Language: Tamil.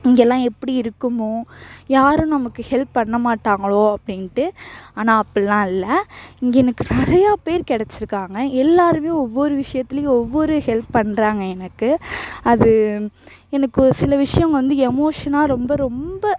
இங்கெல்லாம் எப்படி இருக்குமோ யாரும் நமக்கு ஹெல்ப் பண்ணமாட்டாங்களோ அப்படின்ட்டு ஆனால் அப்பிட்லாம் இல்லை இங்கே எனக்கு நிறையா பேர் கெடைச்சிருக்காங்க எல்லோருமே ஒவ்வொரு விஷயத்துலையும் ஒவ்வொரு ஹெல்ப் பண்ணுறாங்க எனக்கு அது எனக்கு ஒரு சில விஷயம் வந்து எமோஷனாக ரொம்ப ரொம்ப